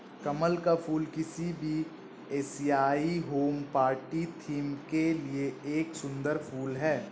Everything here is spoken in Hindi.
कमल का फूल किसी भी एशियाई होम पार्टी थीम के लिए एक सुंदर फुल है